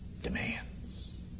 demands